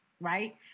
right